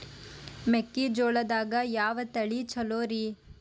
ಮೆಕ್ಕಿಜೋಳದಾಗ ಯಾವ ತಳಿ ಛಲೋರಿ?